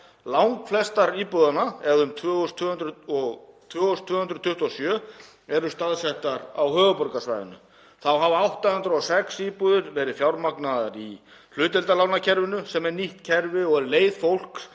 Langflestar íbúðanna, eða 2.227, eru staðsettar á höfuðborgarsvæðinu. Þá hafa 806 íbúðir verið fjármagnaðar í hlutdeildarlánakerfinu, sem er nýtt kerfi og er leið fólks